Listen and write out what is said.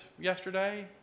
yesterday